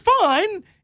fine